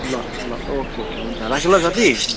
ल ल okay okay हुन्छ राखेँ ल साथी